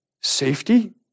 safety